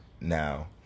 now